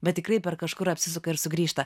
bet tikrai per kažkur apsisuka ir sugrįžta